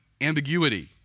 ambiguity